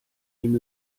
ihm